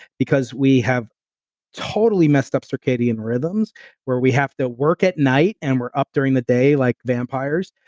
because we have totally messed up circadian rhythms where we have to work at night and we're up during the day like vampires,